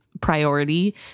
priority